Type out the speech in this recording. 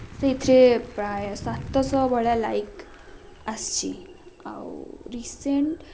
ସେଇଥିରେ ପ୍ରାୟ ସାତଶହ ଭଳିଆ ଲାଇକ୍ ଆସିଛି ଆଉ ରିସେଣ୍ଟ୍